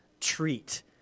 treat